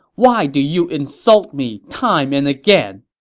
why do you insult me time and again!